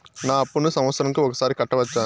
నా అప్పును సంవత్సరంకు ఒకసారి కట్టవచ్చా?